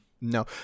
No